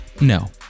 No